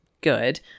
good